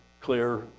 clear